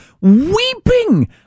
weeping